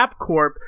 AppCorp